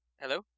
Hello